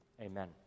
amen